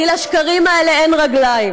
כי לשקרים האלה אין רגליים.